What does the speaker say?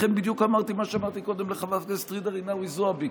לכן בדיוק אמרתי מה שאמרתי קודם לחברת הכנסת ג'ידא רינאוי זועבי,